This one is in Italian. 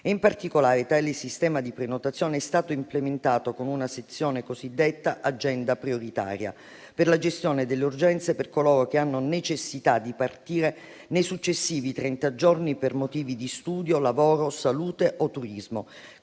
In particolare, tale sistema di prenotazione è stato implementato con una sezione cosiddetta agenda prioritaria per la gestione delle urgenze per coloro che hanno necessità di partire nei successivi trenta giorni, per motivi di studio, lavoro, salute o turismo,